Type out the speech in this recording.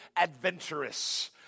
adventurous